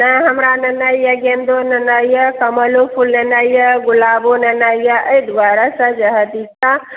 नहि हमरा लेनाइ यऽ गेन्दो लेनाइ यऽ कमलओ फूल लेनाइ यऽ गुलाबओ लेनाइ यऽ एहि दुआरे